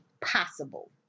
possible